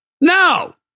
No